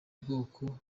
bwoko